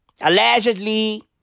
Allegedly